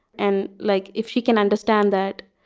and like, if she can understand that,